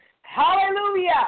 Hallelujah